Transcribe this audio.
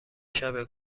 شبه